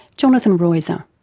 jonathan roiser